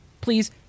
Please